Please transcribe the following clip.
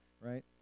right